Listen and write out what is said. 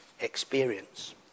experience